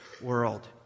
world